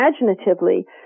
imaginatively